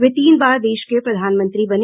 वे तीन बार देश के प्रधानमंत्री बने